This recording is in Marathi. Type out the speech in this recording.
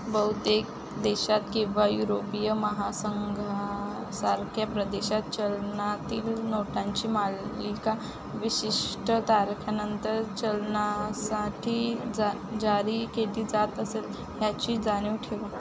बहुतेक देशात किंवा युरोपीय महासंघासारख्या प्रदेशात चलनातील नोटांची मालिका विशिष्ट तारखांनंतर चलनासाठी जा जारी केली जात असेल ह्याची जाणीव ठेवा